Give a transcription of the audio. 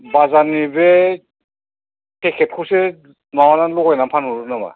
बाजारनि बे पेकेटखौसो माबानानै लगायनानै फानहरो नामा